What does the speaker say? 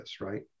right